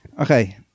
okay